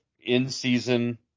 in-season